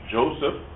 Joseph